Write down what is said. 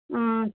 ம்